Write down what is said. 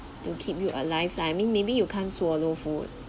to keep you alive like I mean maybe you can't swallow food